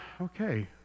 okay